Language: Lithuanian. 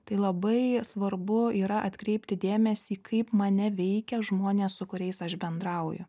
tai labai svarbu yra atkreipti dėmesį kaip mane veikia žmonės su kuriais aš bendrauju